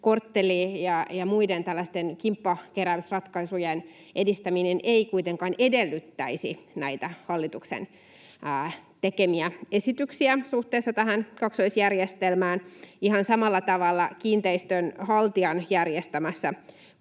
kortteli- ja muiden tällaisten kimppakeräysratkaisujen edistäminen ei kuitenkaan edellyttäisi näitä hallituksen tekemiä esityksiä suhteessa tähän kaksoisjärjestelmään. Ihan samalla tavalla kiinteistönhaltijan järjestämässä